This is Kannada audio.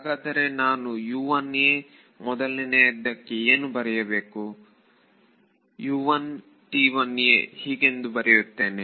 ಹಾಗಾದರೆ ನಾನು ಮೊದಲನೆಯದಕ್ಕೆ ಏನು ಬರೆಯುವುದು ಹೀಗೆಂದು ಬರೆಯುತ್ತೇನೆ